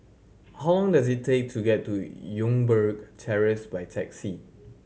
how long does it take to get to Youngberg Terrace by taxi